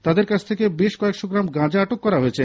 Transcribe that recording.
তাদের কাথে থেকে বেশ কয়েকশো গ্রাম গাঁজা আটক করা হয়েছে